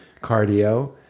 cardio